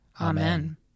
Amen